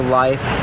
life